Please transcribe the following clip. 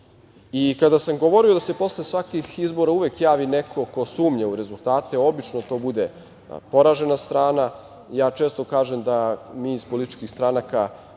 sam govorio da se posle svakih izbora uvek javi neko ko sumnja u rezultate, obično to bude poražena strana. Ja često kažem da mi iz političkih stranaka,